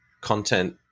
content